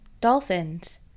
Dolphins